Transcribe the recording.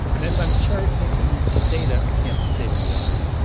and if i'm cherry-picking the data, i can't be stating the obvious.